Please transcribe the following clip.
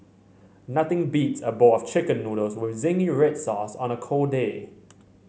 nothing beats a bowl of Chicken Noodles with zingy red sauce on a cold day